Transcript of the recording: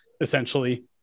essentially